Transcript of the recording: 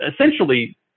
essentially